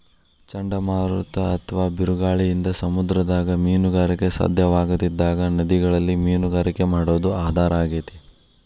ಚಂಡಮಾರುತ ಅತ್ವಾ ಬಿರುಗಾಳಿಯಿಂದ ಸಮುದ್ರದಾಗ ಮೇನುಗಾರಿಕೆ ಸಾಧ್ಯವಾಗದಿದ್ದಾಗ ನದಿಗಳಲ್ಲಿ ಮೇನುಗಾರಿಕೆ ಮಾಡೋದು ಆಧಾರ ಆಗೇತಿ